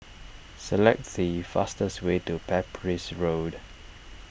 select the fastest way to Pepys Road